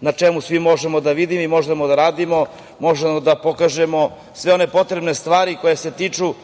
na čemu svi možemo da vidimo i možemo da radimo, možemo da pokažemo sve one potrebne stvari koje se tiču